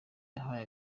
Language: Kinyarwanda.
yahaye